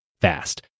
fast